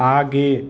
आगे